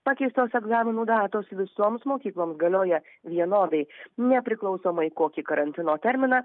pakeistos egzaminų datos visoms mokykloms galioja vienodai nepriklausomai kokį karantino terminą